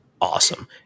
awesome